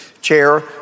chair